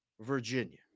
Virginia